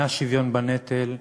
מהשוויון בנטל,